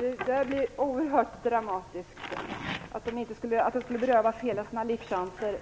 Herr talman! Det här låter oerhört dramatiskt, att de skulle berövas alla sina livschanser.